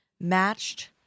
matched